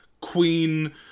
queen